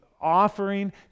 offering